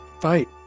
fight